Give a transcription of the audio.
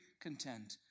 content